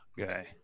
Okay